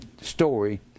story